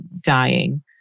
dying